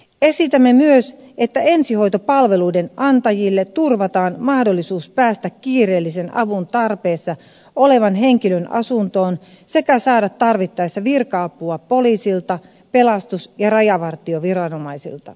esitämme myös että ensihoitopalveluiden antajille turvataan mahdollisuus päästä kiireellisen avun tarpeessa olevan henkilön asuntoon sekä saada tarvittaessa virka apua poliisilta pelastus ja rajavartioviranomaisilta